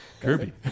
Kirby